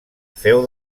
feu